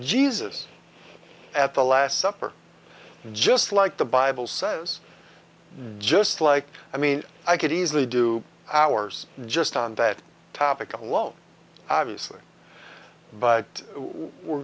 jesus at the last supper just like the bible says just like i mean i could easily do hours just on that topic alone obviously but we're